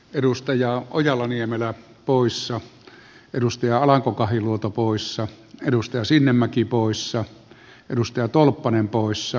edustaja ojala niemelä puissa edustaja alanko kahiluoto poissa edustaja sinnemäki poissa edustaja tolppanen lähestyessä